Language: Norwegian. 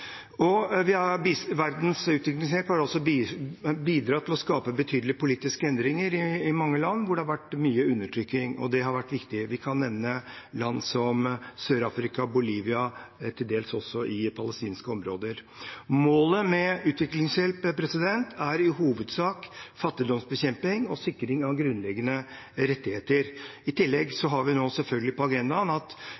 Verdens utviklingshjelp har også bidratt til å skape betydelige politiske endringer i mange land hvor det har vært mye undertrykking. Det har vært viktig. Vi kan nevne land som Sør-Afrika og Bolivia og til dels også palestinske områder. Målet med utviklingshjelp er i hovedsak fattigdomsbekjemping og sikring av grunnleggende rettigheter. I tillegg